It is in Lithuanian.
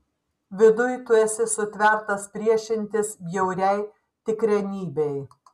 viduj tu esi sutvertas priešintis bjauriai tikrenybei